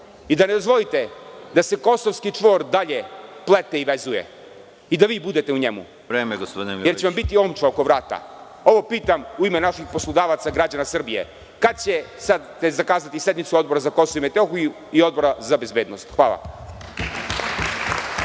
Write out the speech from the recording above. i da ne dozvolite da se kosovski čvor i dalje plete i vezuje i da vi budete u njemu, jer će vam biti omča oko vrata. Ovo pitam u ime naših poslodavaca, građana Srbije, kada ćete zakazati sednicu Odbora za Kosovo i Metohiju i Odbora za bezbednost? Hvala.